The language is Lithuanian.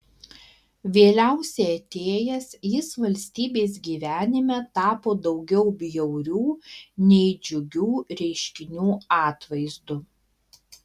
vėliausiai atėjęs jis valstybės gyvenime tapo daugiau bjaurių nei džiugių reiškinių atvaizdu